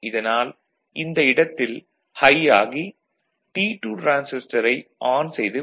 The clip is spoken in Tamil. இதனால் இந்த இடத்தில் ஹை ஆகி T2 டிரான்சிஸ்டரை ஆன் செய்து விடும்